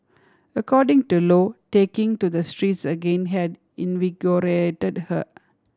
according to Lo taking to the streets again had invigorated her